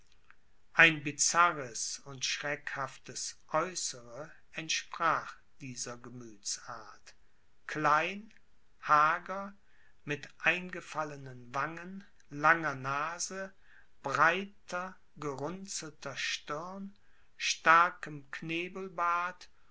ein bizarres und schreckhaftes aeußere entsprach dieser gemüthsart klein hager mit eingefallenen wangen langer nase breiter gerunzelter stirn starkem knebelbart